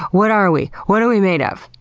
what are we? what are we made of?